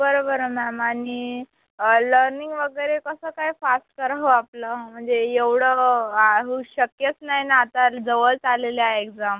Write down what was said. बरं बरं मॅम आणि लर्निंग वगैरे कसं काय फास्ट कर हो आपलं म्हणजे एवढं होऊ शक्यच नाही ना आता जवळच आलेली आहे एक्झाम